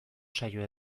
saio